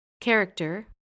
Character